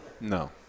No